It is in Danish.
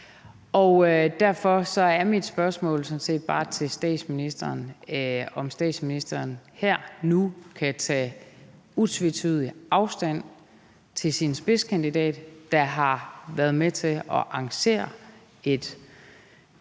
Derfor er mit spørgsmål til statsministeren sådan set bare, om statsministeren her nu kan tage utvetydigt afstand fra sin spidskandidat, der har været med til at arrangere et